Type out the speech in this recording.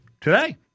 today